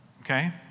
Okay